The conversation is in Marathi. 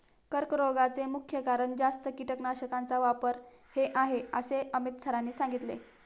कर्करोगाचे मुख्य कारण जास्त कीटकनाशकांचा वापर हे आहे असे अमित सरांनी सांगितले